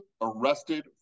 arrested